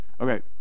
Okay